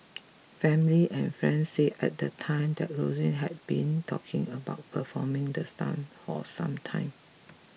family and friends said at the time that Ruiz had been talking about performing the stunt for some time